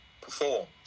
performs